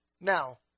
Now